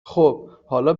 خوب، حالا